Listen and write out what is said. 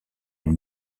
une